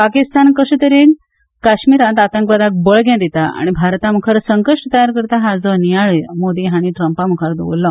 पाकिस्तान कश्या तरेन काश्मीरात आतंकवादाक बळगे दिता आनी भारतामुखार संकट तयार करता हाचो नियाळूय मोदी हांणी ट्रंपामुखार दवरलो